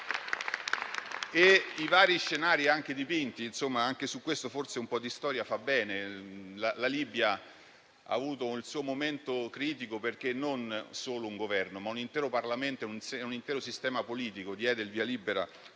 ai vari scenari dipinti, forse un po' di storia fa bene: la Libia ha avuto il suo momento critico, perché non solo un Governo, ma un intero Parlamento e un intero sistema politico diede il via libera